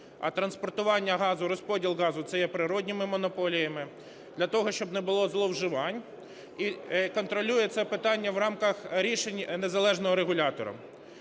а транспортування газу і розподіл газу - це є природніми монополіями, для того щоб не було зловживань, і контролює це питання в рамках рішень незалежного регулятора.